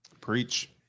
Preach